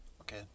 Okay